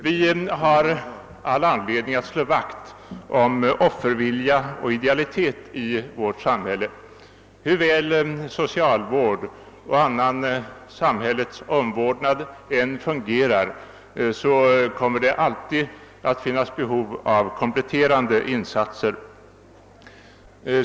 Vi har all anledning att slå vakt om offervilja och idealitet 1 vårt samhälle. Hur väl socialvård och annan samhällets omvårdnad än fungerar kommer det alltid att föreligga behov av kompletterande insatser.